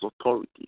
authority